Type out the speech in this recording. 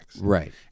right